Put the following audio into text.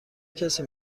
کسی